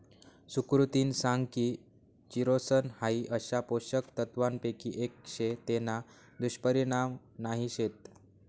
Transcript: सुकृतिनी सांग की चिरोसन हाई अशा पोषक तत्वांपैकी एक शे तेना दुष्परिणाम नाही शेत